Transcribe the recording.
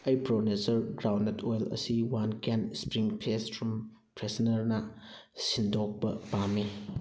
ꯑꯩ pro nature groundnut oil ꯑꯁꯤ one can spring fresh room ꯐ꯭ꯔꯦꯁꯅꯔꯅ ꯁꯤꯟꯗꯣꯛꯄ ꯄꯥꯝꯃꯤ